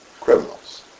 criminals